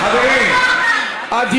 חברת הכנסת שולי מועלם,